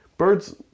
Birds